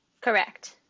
Correct